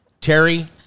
Terry